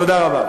תודה רבה.